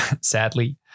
sadly